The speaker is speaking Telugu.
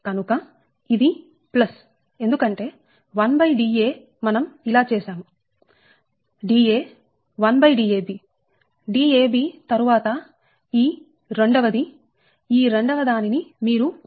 కనుక ఇది ప్లస్ ఎందుకంటే 1Da మనం ఇలా చేసాము Da 1Dab Dab తరువాత ఈ 2 ఈ 2 ని మీరు ఇలా రాయొచ్చు 0